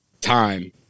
time